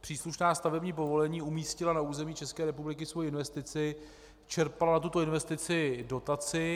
příslušná stavební povolení, umístila na území České republiky svoji investici, čerpala na tuto investici dotaci.